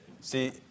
See